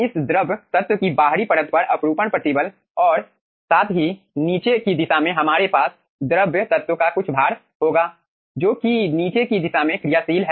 इस द्रव तत्व की बाहरी परत पर अपरूपण प्रतिबल और साथ ही नीचे की दिशा में हमारे पास द्रव तत्व का कुछ भार होगा जो कि नीचे की दिशा में क्रियाशील है